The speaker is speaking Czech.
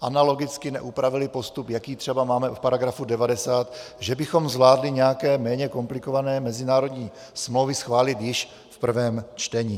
analogicky neupravili postup, jaký třeba máme v § 90, že bychom zvládli nějaké méně komplikované mezinárodní smlouvy schválit již v prvém čtení.